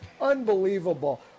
Unbelievable